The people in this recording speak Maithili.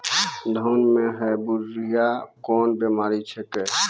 धान म है बुढ़िया कोन बिमारी छेकै?